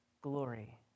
glory